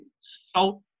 salt